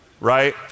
right